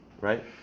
Right